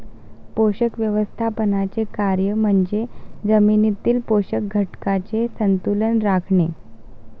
पोषक व्यवस्थापनाचे कार्य म्हणजे जमिनीतील पोषक घटकांचे संतुलन राखणे